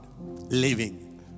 Living